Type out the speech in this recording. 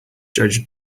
judge